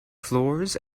floors